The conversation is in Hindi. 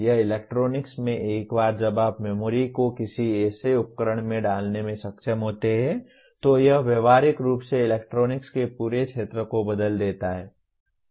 यह इलेक्ट्रॉनिक्स में एक बार जब आप मेमोरी को किसी ऐसे उपकरण में डालने में सक्षम होते हैं तो यह व्यावहारिक रूप से इलेक्ट्रॉनिक्स के पूरे क्षेत्र को बदल देता है